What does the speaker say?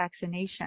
vaccination